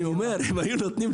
אני אומר: אם היו נותנים,